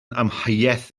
amheuaeth